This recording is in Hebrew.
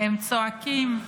הם צועקים: